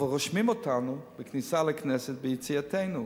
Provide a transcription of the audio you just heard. רושמים אותנו בכניסה לכנסת וביציאתנו.